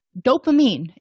Dopamine